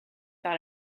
par